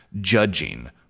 judging